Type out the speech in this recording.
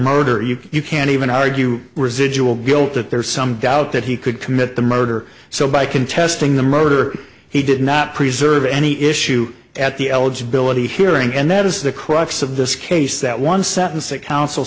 murder or you can even argue residual guilt that there is some doubt that he could commit the murder so by contesting the murder he did not preserve any issue at the eligibility hearing and that is the crux of this case that one sentence that coun